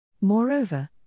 Moreover